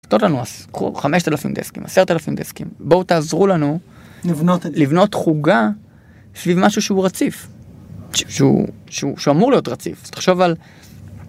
חמשת אלפים דסקים עשרת אלפים דסקים בואו תעזרו לנו לבנות חוגה סביב משהו שהוא רציף שהוא אמור להיות רציף. תחשוב על ..